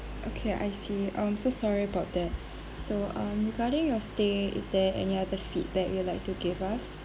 okay I see um so sorry about that so um regarding your stay is there any other feedback you would like to give us